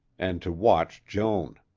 and to watch joan.